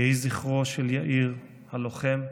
יהי זכרו של יאיר הלוחם,